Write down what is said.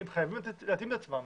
חייבים להתאים את עצמם